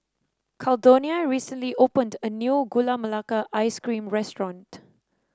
Caldonia recently opened a new Gula Melaka Ice Cream restaurant